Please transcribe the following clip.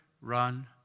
run